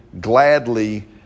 gladly